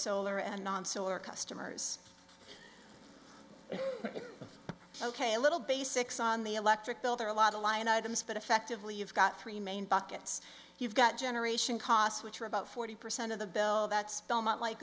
solar and non solar customers ok a little basics on the electric bill there are a lot of lion items but effectively you've got three main buckets you've got generation costs which are about forty percent of the bill that's belmont like